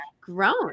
grown